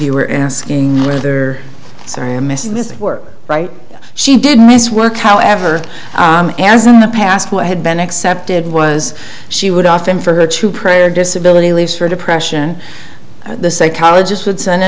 you were asking whether sorry i'm missing this work right she did miss work however as in the past when i had been accepted was she would often for her to pray or disability leaves for depression the psychologist would send a